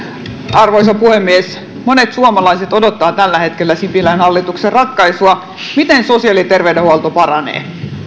arvoisa puhemies monet suomalaiset odottavat tällä hetkellä sipilän hallituksen ratkaisua miten sosiaali ja terveydenhuolto paranee